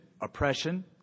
oppression